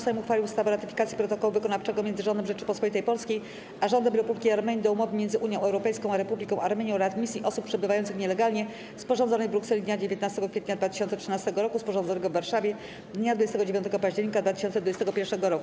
Sejm uchwalił ustawę o ratyfikacji Protokołu Wykonawczego między Rządem Rzeczypospolitej Polskiej a Rządem Republiki Armenii do Umowy między Unią Europejską a Republiką Armenii o readmisji osób przebywających nielegalnie, sporządzonej w Brukseli dnia 19 kwietnia 2013 roku, sporządzonego w Warszawie dnia 29 października 2021 roku.